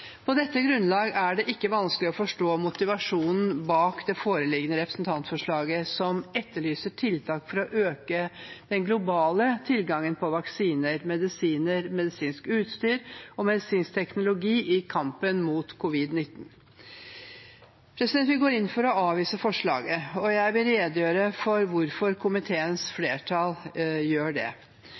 På dette grunnlaget er det ikke vanskelig å forstå motivasjonen bak det foreliggende representantforslaget, som etterlyser tiltak for å øke den globale tilgangen på vaksiner, medisiner, medisinsk utstyr og medisinsk teknologi i kampen mot covid-19. Vi går inn for å avvise forslaget, og jeg vil redegjøre for hvorfor komiteens flertall gjør det.